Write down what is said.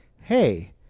hey